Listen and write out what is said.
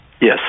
yes